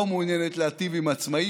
לא מעוניינת להיטיב עם העצמאים,